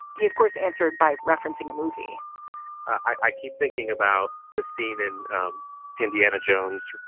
he, of course, answered by referencing a movie i keep thinking about the scene in indiana jones.